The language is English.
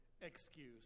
excuse